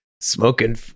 Smoking